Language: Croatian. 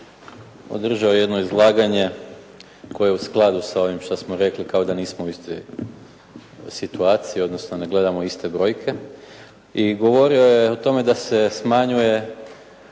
održao jedno izlaganje koje je u skladu s ovim što smo rekli, kao da nismo u istoj situaciji, odnosno ne gledamo iste brojke. I govorio je o tome da se smanjuje